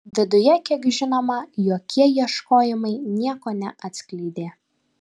viduje kiek žinoma jokie ieškojimai nieko neatskleidė